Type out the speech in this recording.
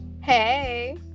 hey